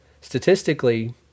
statistically